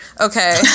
Okay